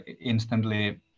instantly